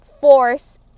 Force